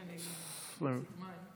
מועד תחילת החזר מענקים לעצמאים.